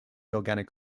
organic